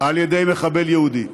על ידי מחבל יהודי.